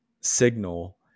signal